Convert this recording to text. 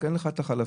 רק אין לך את החלפים.